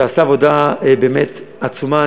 שעשה עבודה באמת עצומה.